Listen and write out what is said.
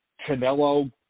Canelo